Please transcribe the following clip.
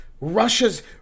Russia's